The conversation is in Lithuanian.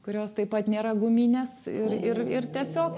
kurios taip pat nėra guminės ir ir ir tiesiog